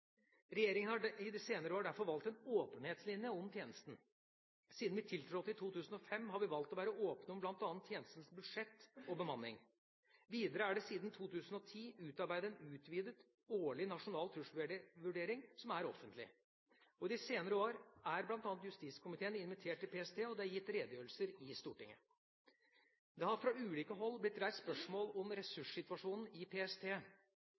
Regjeringa har i de senere år derfor valgt en åpenhetslinje om tjenesten. Siden vi tiltrådte i 2005, har vi valgt å være åpne om bl.a. tjenestens budsjett og bemanning. Videre er det siden 2010 utarbeidet en utvidet årlig nasjonal trusselvurdering, som er offentlig. I de senere år er bl.a. justiskomiteen invitert til PST, og det er gitt redegjørelser i Stortinget. Det har fra ulike hold blitt reist spørsmål om ressurssituasjonen i PST.